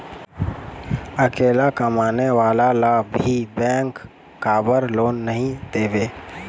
अकेला कमाने वाला ला भी बैंक काबर लोन नहीं देवे?